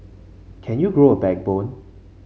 can you grow a backbone